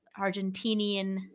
argentinian